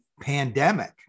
pandemic